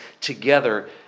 together